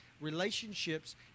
relationships